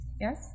Yes